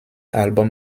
album